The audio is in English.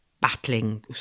battling